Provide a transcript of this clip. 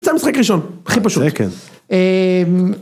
זה המשחק הראשון, הכי פשוט.